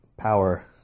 power